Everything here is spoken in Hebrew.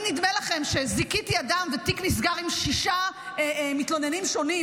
אם נדמה לכם שזיכיתי אדם ותיק נסגר עם שישה מתלוננים שונים,